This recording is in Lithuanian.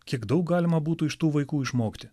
kiek daug galima būtų iš tų vaikų išmokti